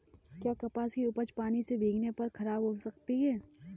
क्या कपास की उपज पानी से भीगने पर खराब हो सकती है?